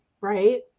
right